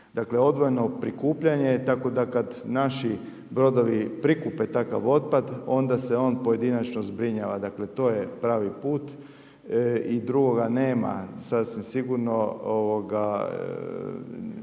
odvojeno prikupljanje, tako da kad nađi brodovi prikupe takav otpad onda se on pojedinačno zbrinjava. Dakle, to je pravi put i drugoga nema sasvim sigurno.